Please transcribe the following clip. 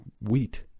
wheat